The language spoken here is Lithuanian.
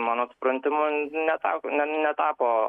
mano supratimu neta netapo